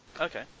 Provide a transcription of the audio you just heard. Okay